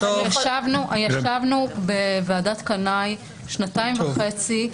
ישבנו בוועדת קנאי שנתיים וחצי,